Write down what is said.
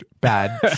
bad